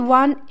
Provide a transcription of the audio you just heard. one